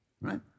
right